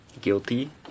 Guilty